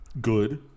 good